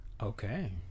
Okay